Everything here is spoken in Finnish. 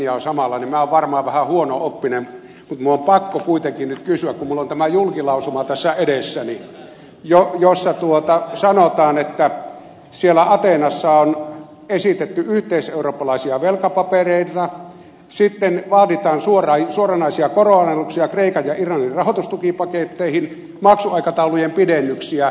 minä olen varmaan vähän huono oppinen mutta minun on pakko kuitenkin nyt kysyä kun minulla on tämä julkilausuma tässä edessäni jossa sanotaan että ateenassa on esitetty yhteiseurooppalaisia velkapapereita sitten vaaditaan suoranaisia koronalennuksia kreikan ja irlannin rahoitustukipaketteihin maksuaikataulujen pidennyksiä